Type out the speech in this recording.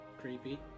creepy